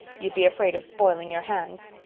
you'd be afraid of spoiling your hands.